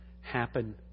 happen